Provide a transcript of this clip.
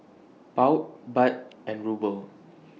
Pound Baht and Ruble